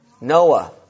Noah